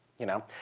you know?